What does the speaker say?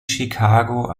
chicago